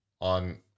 on